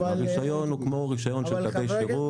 הרישיון הוא כמו רישיון של קווי שירות.